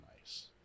nice